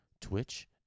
Twitch